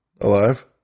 Alive